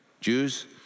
Jews